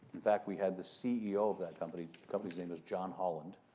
in fact, we had the ceo of that company company's name is john holland,